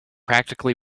practically